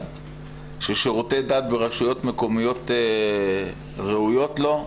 ששירותי דת ברשויות מקומיות ראויות לו,